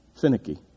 finicky